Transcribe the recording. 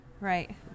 right